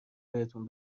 بهتون